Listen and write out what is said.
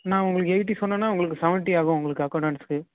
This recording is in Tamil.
நான் உங்களுக்கு எயிட்டி சொன்னனா உங்களுக்கு செவன்ட்டி ஆகும் உங்களுக்கு அக்கோண்டன்ஸ்க்கு